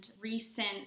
Recent